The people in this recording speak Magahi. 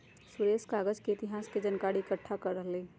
सुरेश कागज के इतिहास के जनकारी एकट्ठा कर रहलई ह